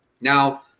Now